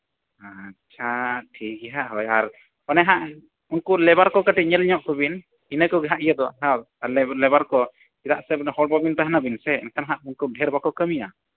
ᱟᱪᱪᱷᱟ ᱴᱷᱤᱠᱜᱮᱭᱟ ᱦᱟᱸᱜ ᱦᱳᱭ ᱟᱨ ᱚᱱᱮ ᱦᱟᱸᱜ ᱩᱱᱠᱩ ᱞᱮᱵᱟᱨ ᱠᱚ ᱠᱟᱹᱴᱤᱡ ᱧᱮᱞ ᱠᱚᱜ ᱠᱚᱵᱤᱱ ᱤᱱᱟᱹ ᱠᱚᱜᱮ ᱦᱟᱸᱜ ᱤᱭᱟᱹ ᱫᱚ ᱦᱮᱸ ᱟᱨ ᱞᱮᱵᱟᱨ ᱠᱚ ᱪᱮᱫᱟᱜ ᱥᱮ ᱟᱹᱵᱤᱱ ᱫᱚ ᱦᱚᱲ ᱵᱟᱹᱵᱤᱱ ᱛᱟᱦᱮᱱᱟ ᱵᱤᱱ ᱥᱮ ᱮᱱᱠᱷᱟᱱ ᱦᱟᱸᱜ ᱩᱱᱠᱩ ᱰᱷᱮᱨ ᱵᱟᱠᱚ ᱠᱟᱹᱢᱤᱭᱟ